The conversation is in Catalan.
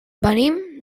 venim